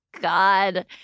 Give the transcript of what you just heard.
God